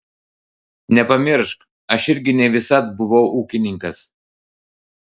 nepamiršk aš irgi ne visad buvau ūkininkas